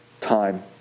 time